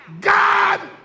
God